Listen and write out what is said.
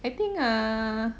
I think err